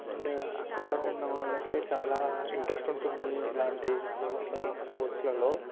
and అక్కడ ఉన్నవాళ్ళకే చాలా ఇంట్రస్ట్ ఉంటుంది ఇలాంటి ఫీల్డ్స్లలో స్పోర్ట్స్లలో